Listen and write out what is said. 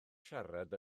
siarad